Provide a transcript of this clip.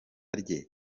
rye